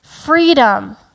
freedom